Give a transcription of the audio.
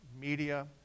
media